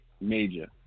major